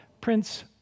Prince